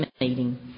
meeting